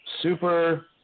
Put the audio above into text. super